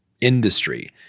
industry